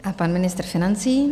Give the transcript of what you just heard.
A pan ministr financí.